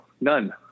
none